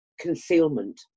concealment